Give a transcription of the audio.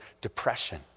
depression